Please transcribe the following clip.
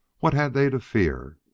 what had they to fear?